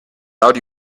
out